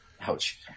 Ouch